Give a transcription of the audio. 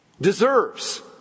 deserves